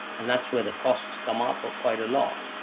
and that's where the costs come up ah quite a lot.